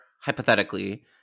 hypothetically